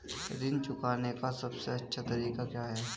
ऋण चुकाने का सबसे अच्छा तरीका क्या है?